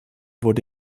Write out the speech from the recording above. wurde